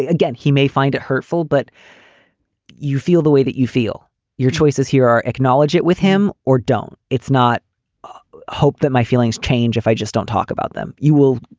again, he may find it hurtful, but you feel the way that you feel your choices here are acknowledge it with him or don't. it's not hope that my feelings change if i just don't talk about them. you will.